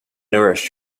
nourish